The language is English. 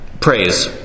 praise